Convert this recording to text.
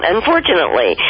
Unfortunately